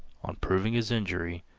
on proving his injury,